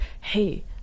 hey